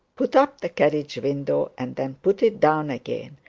put up the carriage window and then put it down again,